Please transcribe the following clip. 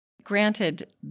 Granted